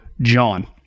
John